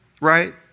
Right